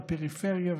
בפריפריה.